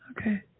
Okay